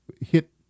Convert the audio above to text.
hit